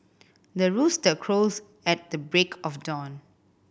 the rooster crows at the break of dawn